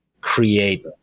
create